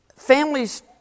Families